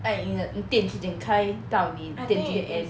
like 你的你店几点开到你店几点 end